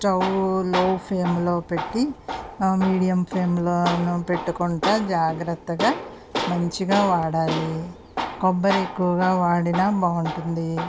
stove లో ఫ్లేమ్లో పెట్టి మీడియం ఫ్లేమ్లో అన్నం పెట్టుకుంటూ జాగ్రత్తగా మంచిగా వాడాలి కొబ్బరి ఎక్కువగా వాడినా బాగుంటుంది